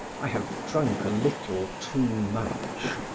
i have drunk a little too much.